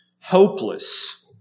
hopeless